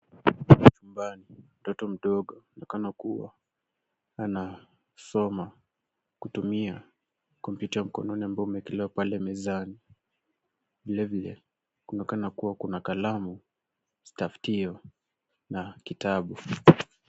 Nyumbani mtoto mdogo anaonekana kuwa anasoma kupitia kompyuta ya mkononi ambayo imewekelewa pale mezani. Vilevile, kunaonekana kuwa kuna kalamu, kifutio na kitabu.